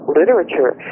literature